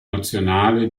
nazionale